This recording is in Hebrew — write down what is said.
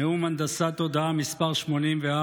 נאום הנדסת תודעה מס' 84,